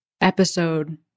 episode